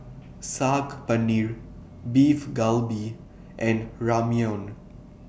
Saag Paneer Beef Galbi and Ramyeon